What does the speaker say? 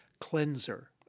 cleanser